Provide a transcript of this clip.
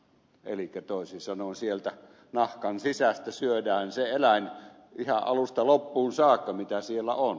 elikkä toisin sanoen sieltä nahkan sisältä syödään se eläin ihan alusta loppuun saakka mitä siellä on